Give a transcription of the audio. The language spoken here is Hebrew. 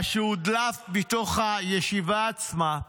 מה שהודלף מתוך הישיבה עצמה,